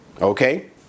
Okay